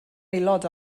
aelod